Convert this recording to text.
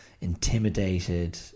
intimidated